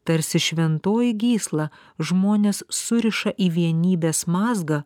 tarsi šventoji gysla žmones suriša į vienybės mazgą